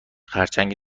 خرچنگ